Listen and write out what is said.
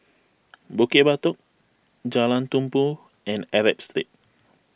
Bukit Batok Jalan Tumpu and Arab Street